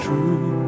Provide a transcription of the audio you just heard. True